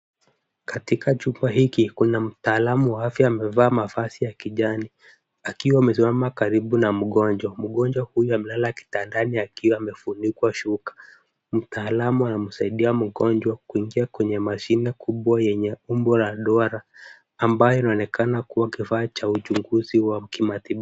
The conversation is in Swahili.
Katika kukwaa hiki kuna mtalaamu wa afya amevaa mavazi ya kijani, akiwa amesimama karibu na mgojwa, mgojwa huyu amelala kitandani akiwa amefunikwa shuka. Mtaalamu anamsaidia mgojwa kuingia kwenye mashine kubwa yenye umbo la duara ambaye inaonekana kuwa kifaa cha uchunguzi wa kimatibabu.